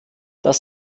das